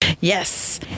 Yes